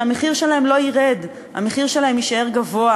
שהמחיר שלהן לא ירד אלא יישאר גבוה,